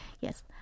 yes